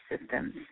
systems